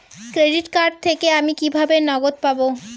Credit card থেকে আমি কিভাবে নগদ পাব?